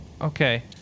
okay